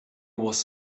was